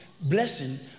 Blessing